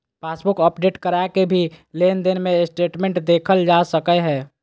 passbook update करा के भी लेनदेन के स्टेटमेंट देखल जा सकय हय